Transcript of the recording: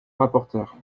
rapporteur